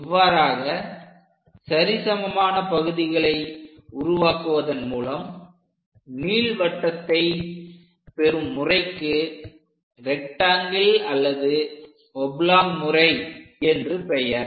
இவ்வாறாக சரிசமமான பகுதிகளை உருவாக்குவதன் மூலம் நீள்வட்டத்தை பெறும் முறைக்கு ரெக்ட்டாங்கில் அல்லது ஒப்லாங் முறை என்று பெயர்